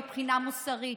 מבחינה מוסרית,